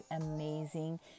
amazing